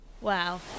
Wow